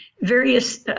various